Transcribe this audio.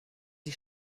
sie